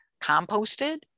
composted